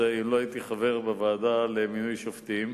אם לא הייתי חבר בוועדה למינוי שופטים.